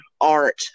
art